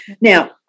Now